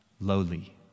lowly